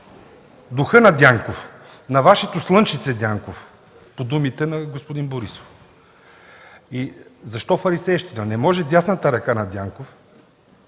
духът на Дянков, на Вашето слънчице Дянков, по думите на господин Борисов. Защо казвам „фарисейщина”? Не може дясната ръка на Дянков